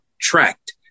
tracked